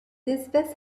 espèce